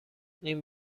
این